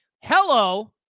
hello